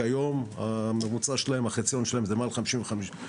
כיום הממוצע שלהם, החציון שלהם זה מעל 55,